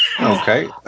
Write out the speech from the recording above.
Okay